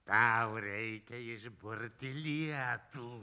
tau reikia išburti lietų